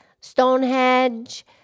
Stonehenge